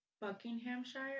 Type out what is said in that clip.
Buckinghamshire